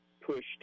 pushed